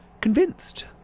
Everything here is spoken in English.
convinced